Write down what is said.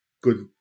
good